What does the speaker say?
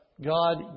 God